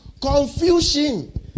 confusion